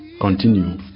continue